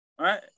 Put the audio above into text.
Right